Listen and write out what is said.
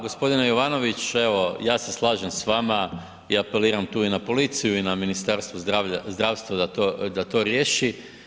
Gospodine Jovanović, evo ja se slažem s vama i apeliram tu i na policiju i na Ministarstvo zdravstva da to riješi.